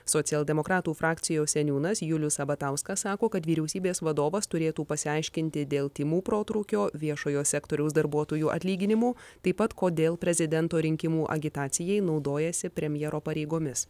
socialdemokratų frakcijos seniūnas julius sabatauskas sako kad vyriausybės vadovas turėtų pasiaiškinti dėl tymų protrūkio viešojo sektoriaus darbuotojų atlyginimų taip pat kodėl prezidento rinkimų agitacijai naudojasi premjero pareigomis